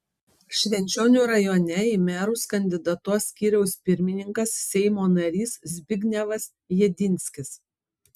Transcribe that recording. švenčionių rajone į merus kandidatuos skyriaus pirmininkas seimo narys zbignevas jedinskis